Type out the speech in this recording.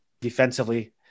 defensively